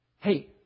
Hey